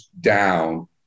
down